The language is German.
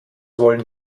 wollen